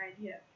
idea